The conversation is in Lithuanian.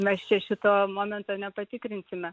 mes čia šito momento nepatikrinsime